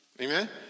Amen